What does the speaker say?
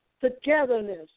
togetherness